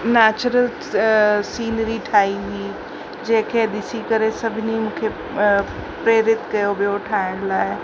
natural scenery ठाही हई जंहिंखे ॾिसी करे सभिनी मूंखे प्रैरित कयो ॿियो ठाहिण लाइ